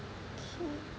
okay